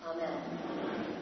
Amen